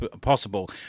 possible